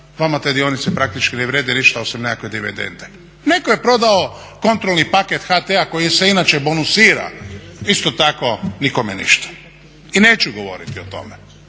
vama te dionice praktički ne vrijede ništa osim nekakve dividende. Netko je prodao kontrolni paket HT-a koji se inače bonusira, isto tako nikome ništa. I neću govoriti o tome.